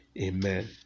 Amen